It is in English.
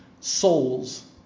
souls